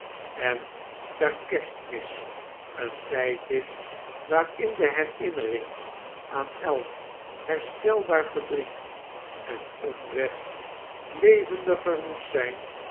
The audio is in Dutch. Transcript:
en daar kerstmis een tijd is waarin de herinnering aan elk hersteilbaar vecdriet en onrecht levendiger moet zijn